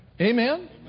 Amen